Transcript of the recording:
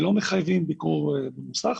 ולא מחייבים ביקור במוסך.